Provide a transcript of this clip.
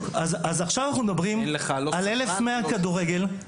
אז עכשיו אנחנו מדברים על 1,700 משחקי כדורגל,